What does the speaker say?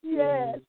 yes